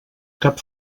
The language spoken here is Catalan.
cap